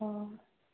অঁ